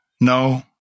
no